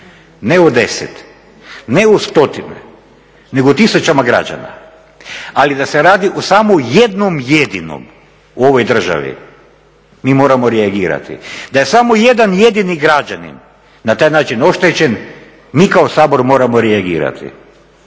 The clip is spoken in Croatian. ne o 10, ne o 100 nego o tisućama građanima. Ali da se radi o samo jednom jedinom u ovoj državi mi moramo reagirati, da je samo jedan građanin na taj način oštećen mi kao Sabor moramo reagirati.